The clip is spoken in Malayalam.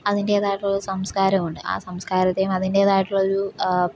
അതിന്റേതായിട്ടുള്ള സംസ്കാരമുണ്ട് ആ സംസ്കാരത്തേയും അതിന്റേതായിട്ടുള്ളൊരു